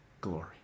glory